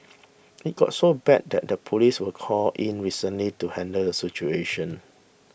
it got so bad that the police were called in recently to handle the situation